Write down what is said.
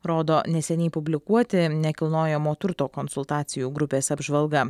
rodo neseniai publikuoti nekilnojamo turto konsultacijų grupės apžvalga